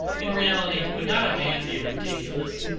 in reality, would not a man be ridiculous,